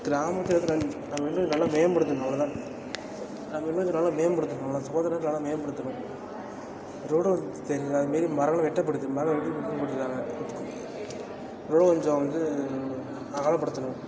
கிராமத்திலருக்கற நம்ம இன்னும் நல்லா மேம்படுத்தணும் அவ்வளோ தான் நம்ம இன்னும் கொஞ்சம் நல்லா மேம்படுத்தணும் நம்ம சுகாதாரத்தை நல்லா மேம்படுத்தணும் ரோடு ஓரத்தில் தெரியலை அது மாரி மரமெலாம் வெட்டப்படுது மரம் வந்து ரோ கொஞ்சம் வந்து அகலப்படுத்தணும்